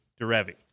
Derevi